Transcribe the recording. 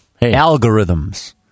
Algorithms